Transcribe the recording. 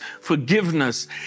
forgiveness